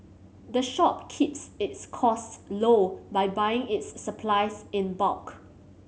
the shop keeps its costs low by buying its supplies in bulk